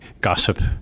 gossip